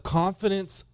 confidence